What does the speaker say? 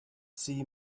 see